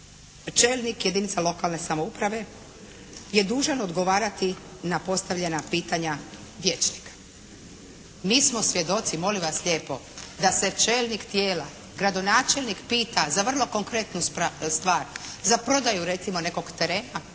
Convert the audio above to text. čelnik jedinice lokalne samouprave je dužan odgovarati na postavljena pitanja vijećnika. Mi smo svjedoci, molim vas lijepo da se čelnik tijela gradonačelnik pita za vrlo konkretnu stvar, za prodaju recimo nekog terena,